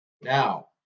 now